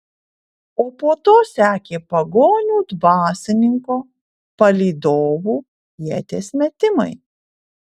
o po to sekė pagonių dvasininko palydovų ieties metimai